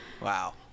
Wow